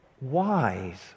wise